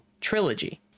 trilogy